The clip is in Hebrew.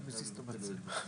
בהחלט רוצה להודות לך על